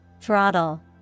Throttle